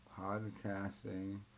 Podcasting